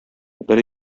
бер